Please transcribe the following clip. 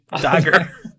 dagger